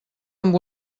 amb